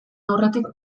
aurretik